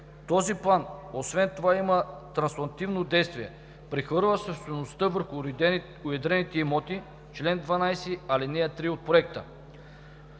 Този план освен това има транслативно действие – прехвърля собствеността върху уедрените имоти – чл. 12, ал. 3 от Проекта.